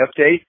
update